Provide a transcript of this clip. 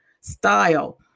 style